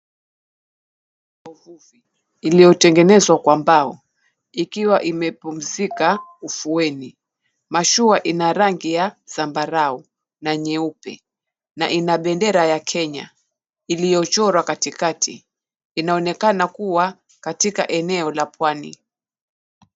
Mashua iliyotengenezwa kwa mbao ikiwa imepumzika ufueni. Mashua ina rangi ya zambarau na nyeupe na ina bendera ya Kenya Iliyochorwa katikati inaonekana kuwa katika eneo la pwani.